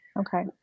Okay